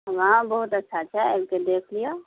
हँ बहुत अच्छा छै आबिके देख लिअ